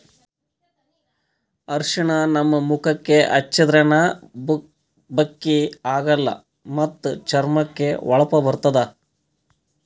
ಅರ್ಷಿಣ ನಮ್ ಮುಖಕ್ಕಾ ಹಚ್ಚದ್ರಿನ್ದ ಬಕ್ಕಿ ಆಗಲ್ಲ ಮತ್ತ್ ಚರ್ಮಕ್ಕ್ ಹೊಳಪ ಬರ್ತದ್